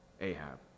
Ahab